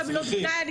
כל מילות הגנאי,